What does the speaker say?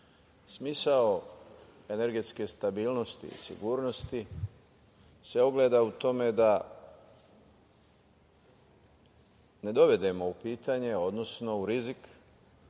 energetske stabilnosti i sigurnosti se ogleda u tome da ne dovedemo u pitanje, odnosno u rizik